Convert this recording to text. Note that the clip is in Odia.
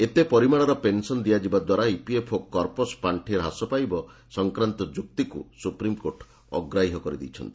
ଏତେ ପରିମାଣର ପେନ୍ସନ ଦିଆଯିବା ଦ୍ୱାରା ଇପିଏଫ୍ଓ କର୍ପୋସ ପାଶ୍ବି ହ୍ରାସ ପାଇବା ସଂକ୍ରାନ୍ଡ ଯୁକ୍ତିକୁ ସୁପ୍ରିମକୋର୍ଟ ଅଗ୍ରାହ୍ୟ କରିଦେଇଛନ୍ତି